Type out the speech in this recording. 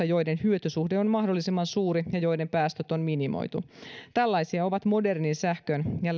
joiden hyötysuhde on mahdollisimman suuri ja joiden päästöt on minimoitu tällaisia ovat modernit sähkön ja